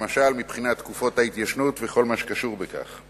למשל מבחינת תקופות ההתיישנות וכל מה שקשור לכך.